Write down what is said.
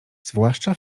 zwłaszcza